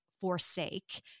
forsake